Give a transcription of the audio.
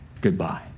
goodbye